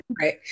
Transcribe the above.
right